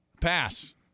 Pass